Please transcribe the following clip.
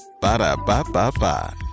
Ba-da-ba-ba-ba